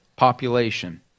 population